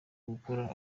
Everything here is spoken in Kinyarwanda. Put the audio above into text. gukora